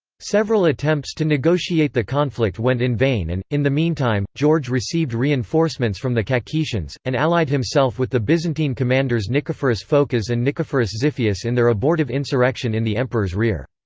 several attempts to negotiate the conflict went in vain and, in the meantime, george received reinforcements from the kakhetians, and allied himself with the byzantine commanders nicephorus phocas and nicephorus xiphias in their abortive insurrection in the emperor's rear.